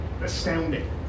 astounding